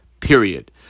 Period